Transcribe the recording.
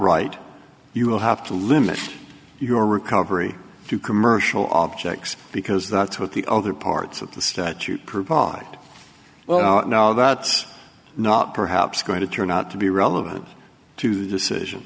right you will have to limit your recovery to commercial objects because that's what the other parts of the statute per pod well no that's not perhaps going to turn out to be relevant to decision